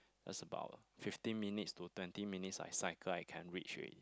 there's about fifteen minutes to twenty minutes I cycle I can reach already